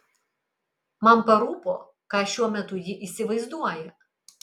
man parūpo ką šiuo metu ji įsivaizduoja